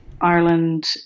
Ireland